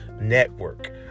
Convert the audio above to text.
network